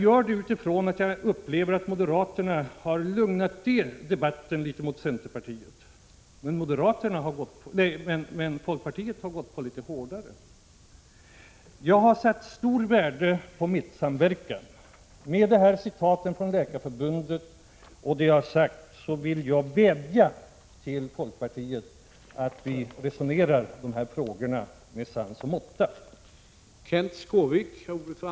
Jag gör det därför att jag upplever att moderaterna har lugnat ner sig litet i debatten, medan folkpartiet har gått på något hårdare. Jag har sätt stort värde på mittensamverkan, och med citaten från Läkareförbundet och det jag i övrigt har sagt vill jag vädja till folkpartiet att resonera om dessa frågor med sans och måtta.